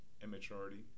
immaturity